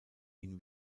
ihn